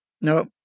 no